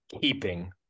keeping